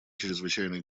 чрезвычайной